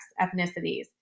ethnicities